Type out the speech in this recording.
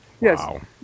Yes